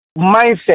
mindset